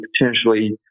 potentially